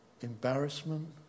embarrassment